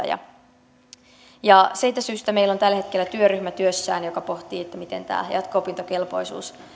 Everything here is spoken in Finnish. ja motivaatiota on siitä syystä meillä on tällä hetkellä työssään työryhmä joka pohtii miten tämä jatko opintokelpoisuus